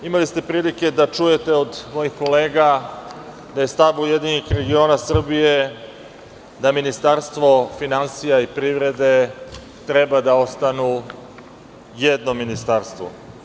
Imali ste prilike da čujete od mojih kolega da je stav URS da Ministarstvo finansija i privrede treba da ostanu jedno ministarstvo.